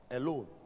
alone